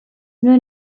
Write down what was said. nuen